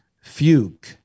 fugue